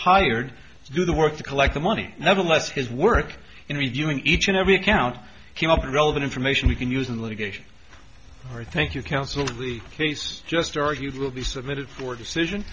hired to do the work to collect the money nevertheless his work in reviewing each and every account came up relevant information we can use in litigation or thank you counsel the case just argued will be submitted for decision